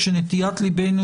כשנטיית ליבנו,